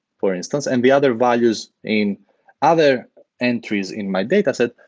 for instance, and the other values in other entries in my dataset,